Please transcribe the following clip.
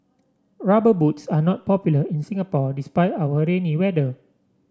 rubber boots are not popular in Singapore despite our rainy weather